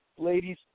ladies